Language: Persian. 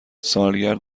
سالگرد